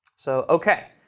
so ok,